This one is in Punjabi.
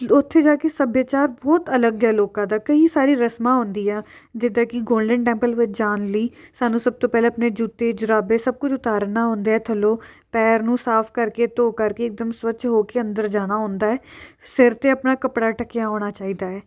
ਉੱਥੇ ਜਾ ਕੇ ਸੱਭਿਆਚਾਰ ਬਹੁਤ ਅਲੱਗ ਹੈ ਲੋਕਾਂ ਦਾ ਕਈ ਸਾਰੇ ਰਸਮਾਂ ਆਉਂਦੀਆ ਜਿੱਦਾਂ ਕੀ ਗੋਲਡਨ ਟੈਂਪਲ ਵਿੱਚ ਜਾਣ ਲਈ ਸਾਨੂੰ ਸਭ ਤੋਂ ਪਹਿਲਾਂ ਆਪਣੇ ਜੁੱਤੇ ਜੁਰਾਬੇ ਸਭ ਕੁਝ ਉਤਾਰਨਾ ਹੁੰਦਾ ਹੈ ਥੱਲੋਂ ਪੈਰ ਨੂੰ ਸਾਫ ਕਰਕੇ ਧੋ ਕਰਕੇ ਇਕਦਮ ਸਵੱਛ ਹੋ ਕੇ ਅੰਦਰ ਜਾਣਾ ਹੁੰਦਾ ਸਿਰ 'ਤੇ ਆਪਣਾ ਕੱਪੜਾ ਢੱਕਿਆ ਹੋਣਾ ਚਾਹੀਦਾ ਹੈ